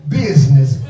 business